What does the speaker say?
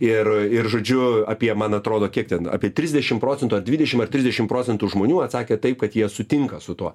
ir ir žodžiu apie man atrodo kiek ten apie trisdešim procentų ar dvidešim ar trisdešim procentų žmonių atsakė taip kad jie sutinka su tuo